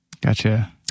gotcha